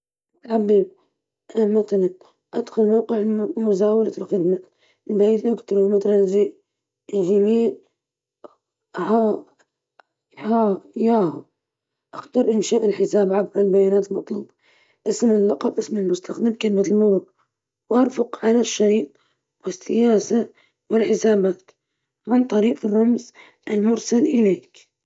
تفتح صفحة البريد الإلكتروني، تختار اسم المستخدم وكلمة المرور، ثم تملأ البيانات المطلوبة، تلتزم بتعليمات الأمان وتفعيل الحساب.